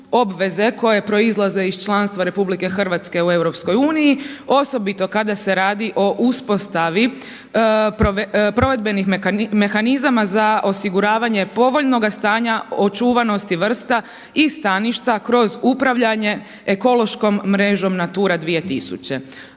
koje proizlaze iz članstva RH u EU osobito kada se radi o uspostavi provedbenih mehanizama za osiguravanje povoljnoga stanja očuvanosti vrsta i staništa kroz upravljanje ekološkom mrežom Natura 2000.